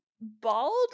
bald